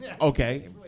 okay